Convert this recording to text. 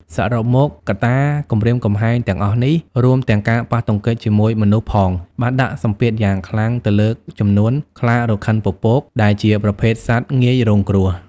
សរុបមក កត្តាគំរាមកំហែងទាំងអស់នេះ រួមទាំងការប៉ះទង្គិចជាមួយមនុស្សផង បានដាក់សម្ពាធយ៉ាងខ្លាំងទៅលើចំនួនខ្លារខិនពពក ដែលជាប្រភេទសត្វ ងាយរងគ្រោះ។